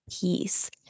peace